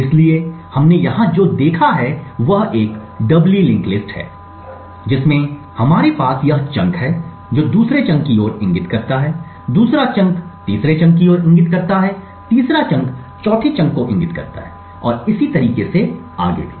इसलिए हमने यहां जो देखा है वह एक डबली लिंक लिस्ट है जिसमें हमारे पास यह चंक है जो दूसरे चंक की ओर इंगित करता है दूसरा चंक तीसरा चंक की ओर इंगित करता है तीसरा चंक चौथी चंक को इंगित करता है और इसी तरीके से आगे भी